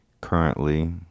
Currently